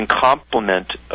complement